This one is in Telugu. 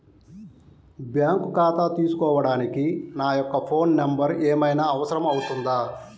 బ్యాంకు ఖాతా తీసుకోవడానికి నా యొక్క ఫోన్ నెంబర్ ఏమైనా అవసరం అవుతుందా?